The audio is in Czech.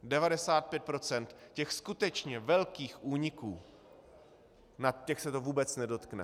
95 % těch skutečně velkých úniků, těch se to vůbec nedotkne.